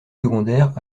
secondaires